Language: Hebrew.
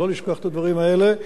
לא לשכוח את הדברים האלה.